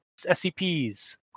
SCPs